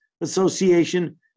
Association